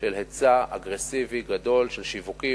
של היצע אגרסיבי גדול של שיווקים,